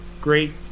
great